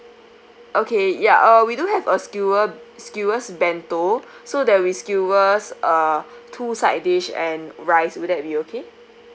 okay ya uh we do have a skewer skewers bento so that's with skewers uh two side dish and rice would that be okay